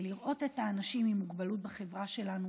לראות את האנשים עם מוגבלות בחברה שלנו